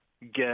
get